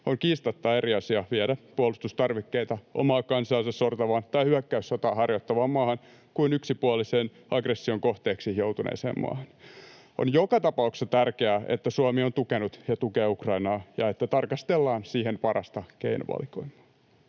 On kiistatta eri asia viedä puolustustarvikkeita omaa kansaansa sortavaan tai hyökkäyssotaa harjoittavaan maahan kuin yksipuolisen aggression kohteeksi joutuneeseen maahan. On joka tapauksessa tärkeää, että Suomi on tukenut ja tukee Ukrainaa, ja että tarkastellaan siihen parasta keinovalikoimaa.